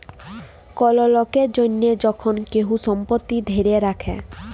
call লকের জনহ যখল কেহু সম্পত্তি ধ্যরে রাখে